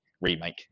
remake